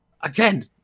again